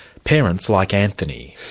parents like anthony.